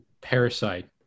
Parasite